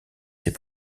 ses